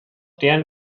deren